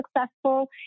successful